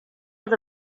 oedd